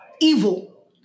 evil